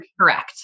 Correct